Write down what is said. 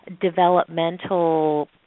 developmental